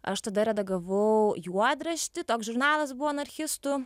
aš tada redagavau juodraštį toks žurnalas buvo anarchistų